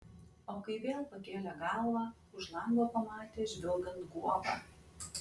o kai vėl pakėlė galvą už lango pamatė žvilgant guobą